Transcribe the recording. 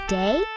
day